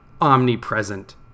omnipresent